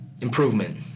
improvement